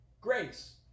grace